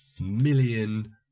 million